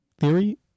theory